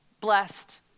blessed